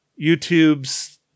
YouTubes